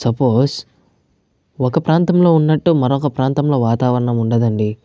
suppose ఒక ప్రాంతంలో ఉన్నట్టు మరొక ప్రాంతంలో వాతావరణం ఉండదండి